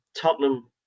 Tottenham